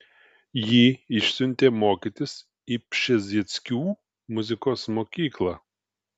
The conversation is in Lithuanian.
jį išsiuntė mokytis į pšezdzieckių muzikos mokyklą